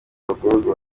abagororwa